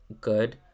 good